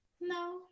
no